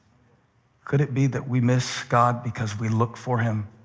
could it be that we miss god because we look for him